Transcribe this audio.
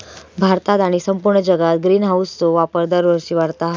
भारतात आणि संपूर्ण जगात ग्रीनहाऊसचो वापर दरवर्षी वाढता हा